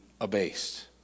abased